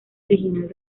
original